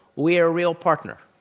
we are a real partner.